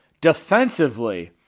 defensively